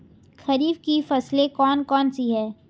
खरीफ की फसलें कौन कौन सी हैं?